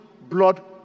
blood